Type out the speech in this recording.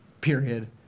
period